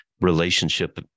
relationship